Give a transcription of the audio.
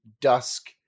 dusk